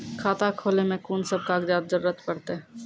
खाता खोलै मे कून सब कागजात जरूरत परतै?